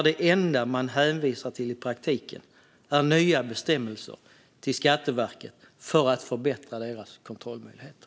Det enda man hänvisar till i praktiken är nya bestämmelser till Skatteverket för att förbättra verkets kontrollmöjligheter.